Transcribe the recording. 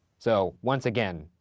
so once again,